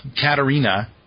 Katerina